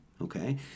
okay